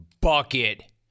Bucket